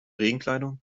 regenkleidung